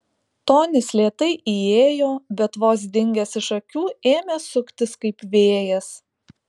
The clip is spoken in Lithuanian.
tonis lėtai įėjo bet vos dingęs iš akių ėmė suktis kaip vėjas